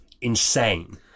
insane